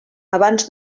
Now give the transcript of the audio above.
abans